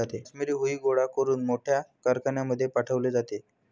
काश्मिरी हुई गोळा करून मोठ्या कारखान्यांमध्ये पाठवले जाते